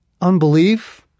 unbelief